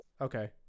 Okay